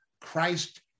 Christ